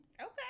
Okay